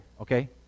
Okay